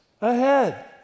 ahead